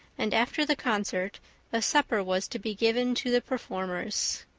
and after the concert a supper was to be given to the performers.